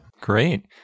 great